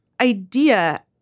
idea